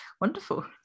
Wonderful